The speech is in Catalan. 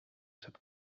sap